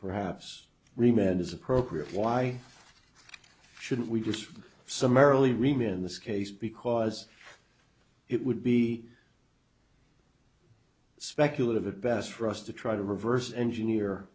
perhaps remained is appropriate why shouldn't we just summarily remain in this case because it would be speculative at best for us to try to reverse engineer